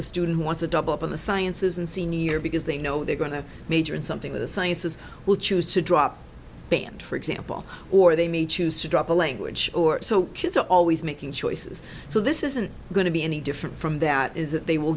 a student who wants to double up in the sciences and senior because they know they're going to major in something the sciences will choose to drop banned for example or they may choose to drop a language or so kids are always making choices so this isn't going to be any different from that is that they will